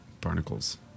Barnacles